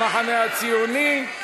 המחנה הציוני.